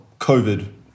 COVID